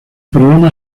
programa